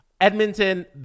Edmonton